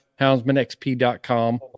houndsmanxp.com